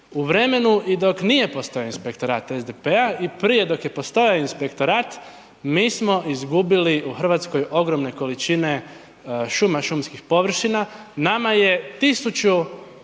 u vremenu i dok nije postoji inspektorat SDP-a i prije dok je postojao inspektorat, mi smo izgubili u Hrvatskoj ogromne količine šuma i šumskih površina, nama je 1000